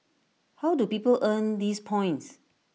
how do people earn these points